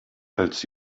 als